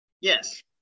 Yes